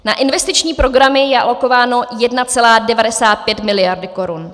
Na investiční programy je alokováno 1,95 miliardy korun.